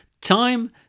Time